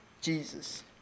Jesus